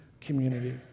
community